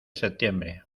septiembre